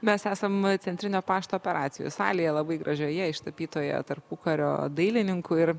mes esam centrinio pašto operacijų salėje labai gražioje ištapytoje tarpukario dailininkų ir